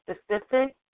specific